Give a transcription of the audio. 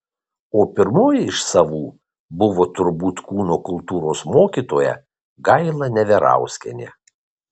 o pirmoji iš savų buvo turbūt kūno kultūros mokytoja gaila neverauskienė